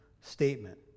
statement